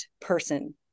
person